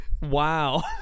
Wow